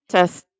Test